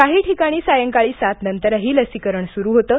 काही ठिकाणी सायंकाळी सातनंतरही लसीकरण सुरू होतं